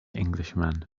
englishman